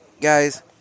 guys